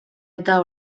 eta